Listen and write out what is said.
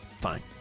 Fine